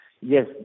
yes